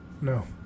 no